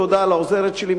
תודה לעוזרת שלי,